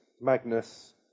Magnus